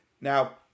Now